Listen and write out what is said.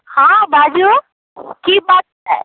हँ बाजू की बात अइ